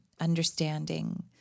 understanding